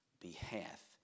behalf